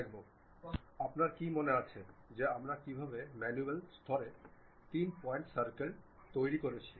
এখন আপনি যদি এটি দেখেন যে এটি একটি হোল তৈরী করে ঠিক আছে